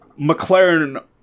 McLaren